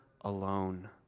alone